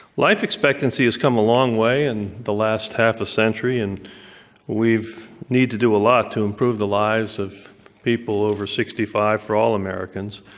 life expectancy has come a long way in the last half-a-century and we need to do a lot to improve the lives of people over sixty five for all americans.